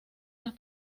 las